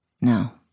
No